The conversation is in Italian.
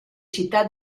città